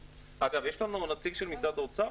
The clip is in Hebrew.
אגב, יש פה נציג של משרד האוצר?